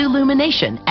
Lumination